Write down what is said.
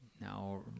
Now